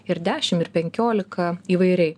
ir dešim ir penkiolika įvairiai